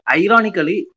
ironically